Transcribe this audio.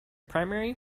primary